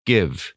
Give